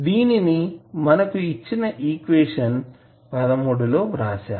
దీనిని మనకు ఇచ్చిన ఈక్వేషన్ లో వ్రాసాము